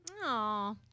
Aw